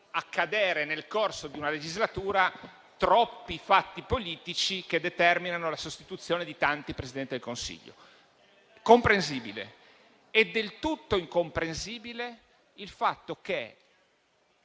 accadere, nel corso di una legislatura, troppi fatti politici che determinino la sostituzione di tanti Presidenti del Consiglio. È comprensibile. È del tutto incomprensibile il fatto che